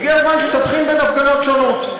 הגיע הזמן שתבחין בין הפגנות שונות.